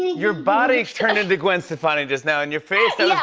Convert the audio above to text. your body turned into gwen stefani just now. and your face that yeah